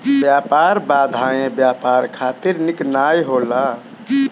व्यापार बाधाएँ व्यापार खातिर निक नाइ होला